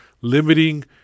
limiting